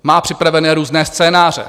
Má připravené různé scénáře.